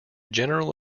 general